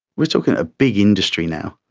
we're talking a big industry now.